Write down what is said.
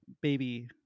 baby